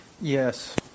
Yes